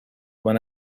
when